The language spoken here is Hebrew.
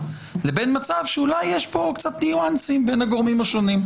לבין מצב שאולי יש כאן קצת ניואנסים בין הגורמים השונים.